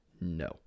no